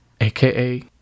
AKA